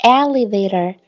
elevator